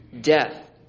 death